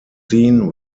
scene